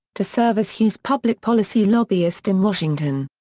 to serve as hughes' public-policy lobbyist in washington.